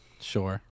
Sure